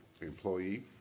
employee